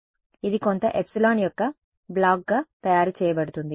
కాబట్టి ఇది కొంత ε యొక్క బ్లాక్గా తయారు చేయబడుతోంది